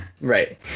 right